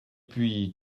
puis